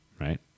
right